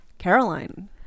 Caroline